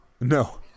No